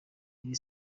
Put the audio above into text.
iri